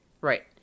right